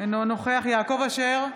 אינו נוכח יעקב אשר,